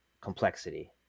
complexity